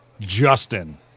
Justin